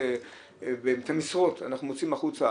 את המשרות אנחנו מוציאים החוצה